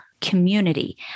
community